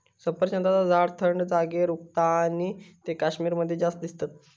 सफरचंदाचा झाड थंड जागेर उगता आणि ते कश्मीर मध्ये जास्त दिसतत